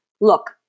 Look